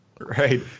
Right